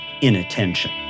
inattention